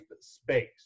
space